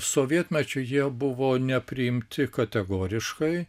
sovietmečiu jie buvo nepriimti kategoriškai